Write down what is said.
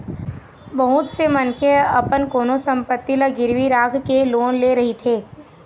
बहुत से मनखे ह अपन कोनो संपत्ति ल गिरवी राखके लोन ले रहिथे